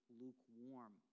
lukewarm